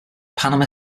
panama